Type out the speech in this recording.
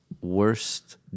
worst